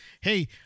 hey